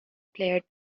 player